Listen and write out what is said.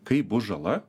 kai bus žala